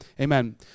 Amen